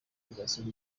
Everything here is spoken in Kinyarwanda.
kuzasura